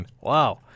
Wow